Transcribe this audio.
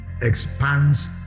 expands